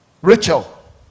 rachel